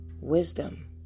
Wisdom